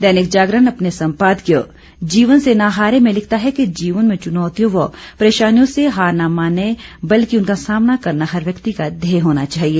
दैनिक जागरण अपने सम्पादकीय जीवन से न हारे में लिखता है कि जीवन में चुनौतियों व परेशानियों से हार न माने बल्कि उनका सामना करना हर व्यक्ति का ध्येय होना चाहिए